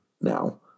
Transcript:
now